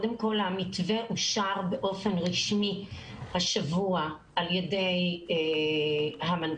המתווה אושר באופן רשמי השבוע על ידי המנכ"ל.